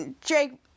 Jake